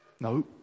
No